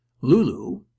Lulu